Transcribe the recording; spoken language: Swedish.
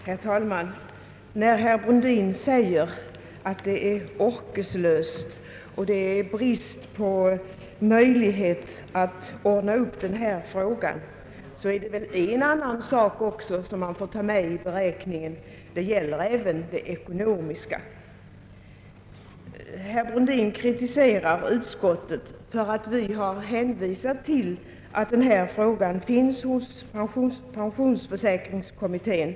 Herr talman! Eftersom herr Brundin talar om orkeslöshet och brist på vilja att ordna upp denna fråga, vill jag påpeka en annan sak som man också bör ta med i beräkningen, nämligen den ekonomiska sidan. Herr Brundin kritiserar utskottet för att det hänvisat till att denna fråga är under behandling hos pensionsförsäkringskommittén.